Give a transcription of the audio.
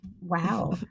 Wow